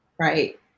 Right